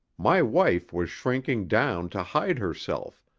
my wife was shrinking down to hide herself,